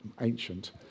Ancient